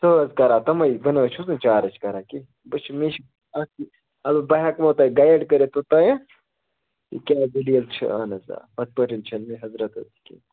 سُہ حظ کَران تِمَے بہٕ نہَ حظ چھُس نہٕ چارٕج کَران کیٚنٛہہ بہٕ چھُس مےٚ چھُ اَتھ یہِ البتہٕ بہٕ ہٮ۪کہو تۄہہِ یہِ گایِڈ کٔرِتھ توٚتانۍ کیٛاہ دٔلیٖل چھِ اَہَن حظ آ یِتھٕ پٲٹھۍ چھِ نہٕ مےٚ حضرت حظ کیٚنٛہہ